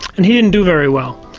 and he didn't do very well.